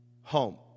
home